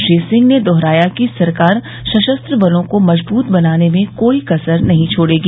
श्री सिंह ने दोहराया कि सरकार सशस्त्र बलों को मजबूत बनाने में कोई कसर नहीं छोड़ेगी